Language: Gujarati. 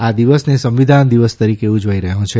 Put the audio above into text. આ દિવસને સંવિધાન દિવસ તરીકે ઉજવાઇ રહ્યો છે